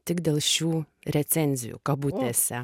tik dėl šių recenzijų kabutėse